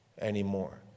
anymore